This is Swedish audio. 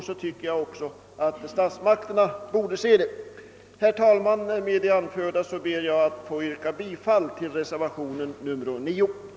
Så tycker jag att även statsmakterna borde ha sett detta. Herr talman! Jag ber att få återkomma med ett yrkande om bifall till reservationen 9 i statsutskottets utlåtande nr 38.